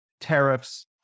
tariffs